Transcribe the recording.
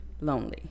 lonely